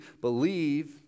believe